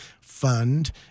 fund